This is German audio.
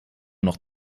noch